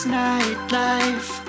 nightlife